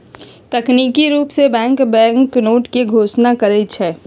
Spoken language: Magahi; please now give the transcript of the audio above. तकनिकी रूप से बैंक बैंकनोट के घोषणा करई छई